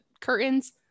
curtains